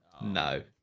No